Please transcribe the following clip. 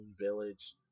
village